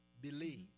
believe